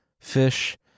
fish